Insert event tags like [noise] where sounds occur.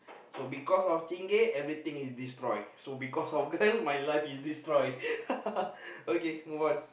so because of Chingay everything is destroy so because of girl my life is destroy [laughs] okay move on